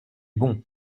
bon